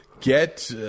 get